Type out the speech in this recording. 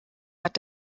hat